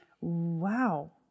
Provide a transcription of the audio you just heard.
Wow